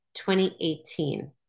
2018